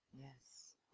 Yes